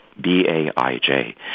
B-A-I-J